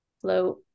float